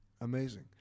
Amazing